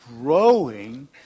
growing